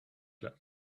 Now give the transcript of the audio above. clap